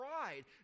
pride